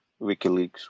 WikiLeaks